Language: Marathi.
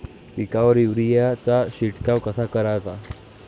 पिकावर युरीया चा शिडकाव कसा कराचा?